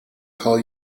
call